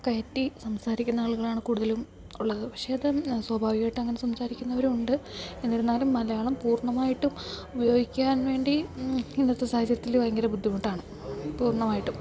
കയറ്റി സംസാരിക്കുന്ന ആളുകളാണ് കൂടുതലും ഉള്ളത് പക്ഷേ ഇത് സ്വാഭാവികമായിട്ടും അങ്ങനെ സംസാരിക്കുന്നവർ ഉണ്ട് എന്നിരുന്നാലും മലയാളം പൂർണ്ണമായിട്ടും ഉപയോഗിക്കാൻ വേണ്ടി ഇന്നത്തെ സാഹചര്യത്തിൽ ഭയങ്കര ബുദ്ധിമുട്ടാണ് പൂർണ്ണമായിട്ടും